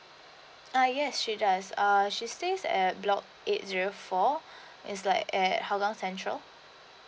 ah yes she does she stays at block eight zero four is like at hougang central